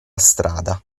strada